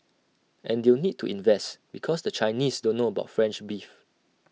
and they'll need to invest because the Chinese don't know about French beef